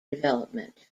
development